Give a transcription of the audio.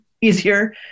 easier